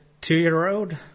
two-year-old